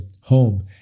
home